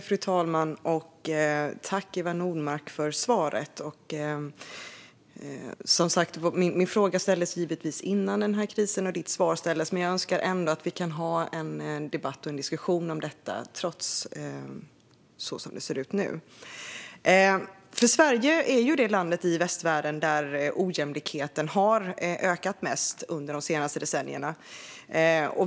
Fru talman! Jag tackar Eva Nordmark för svaret. Min fråga ställdes givetvis innan krisen började, och statsrådets svar togs fram då. Men jag önskar ändå att vi kan ha en debatt och diskussion trots situationen just nu. Sverige är det land i västvärlden där ojämlikheten har ökat mest under de senaste decennierna.